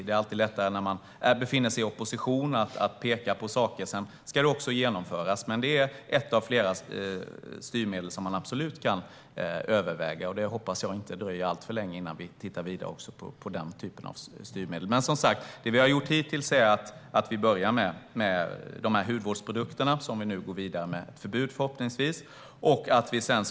Det är alltid lättare när man befinner sig i opposition att peka på saker. Sedan ska de genomföras. Men skatt är ett av flera styrmedel som man absolut kan överväga. Jag hoppas att det inte dröjer alltför länge innan vi tittar vidare på den typen av styrmedel. Det vi har gjort hittills är att vi börjar med hudvårdsprodukterna. Förhoppningsvis blir det ett förbud.